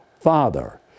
Father